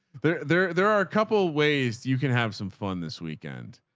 there, there, there are a couple ways you can have some fun this weekend,